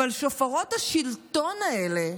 אבל שופרות השלטון האלה,